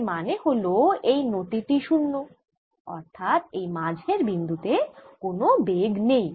এর মানে হল এই নতি টি শূন্য অর্থাৎ এই মাঝের বিন্দু তে কোন বেগ নেই